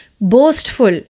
boastful